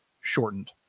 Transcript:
shortened